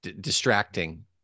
distracting